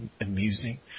amusing